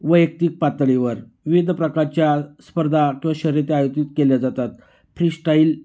वैयक्तिक पातळीवर विविध प्रकारच्या स्पर्धा किंवा शर्यती आयोजित केल्या जातात फ्रीश्टाईल